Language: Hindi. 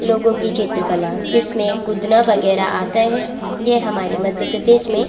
लोगों की चित्रकला जिसमें गुदना वगैरह आता है यह हमारे मध्य प्रदेश में